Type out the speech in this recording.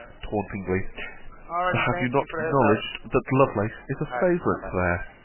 tauntingly for have you not acknowledged, that lovelace is a favourite there?